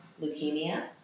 leukemia